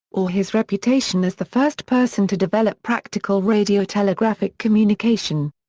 or his reputation as the first person to develop practical radiotelegraphic communication.